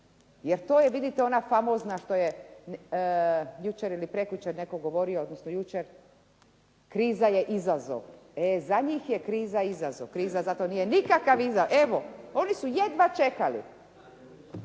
Jer to je vidite ona famozna što je jučer ili prekjučer netko govorio, odnosno jučer, kriza je izazov. E za njih je izazov. Kriza zato nije nikakav izazov. Evo oni su jedva čekali